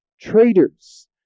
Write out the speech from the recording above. traitors